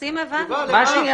המכסים הבנו.